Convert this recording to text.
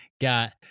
got